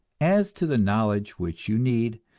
as to the knowledge which you need,